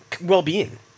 well-being